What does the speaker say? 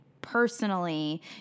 personally